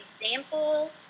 example